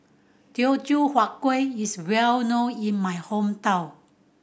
Teochew Huat Kueh is well known in my hometown